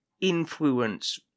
influence